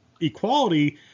equality